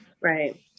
Right